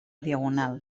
diagonal